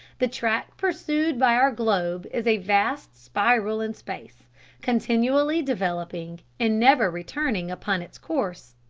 the track pursued by our globe is a vast spiral in space continually developing and never returning upon its course.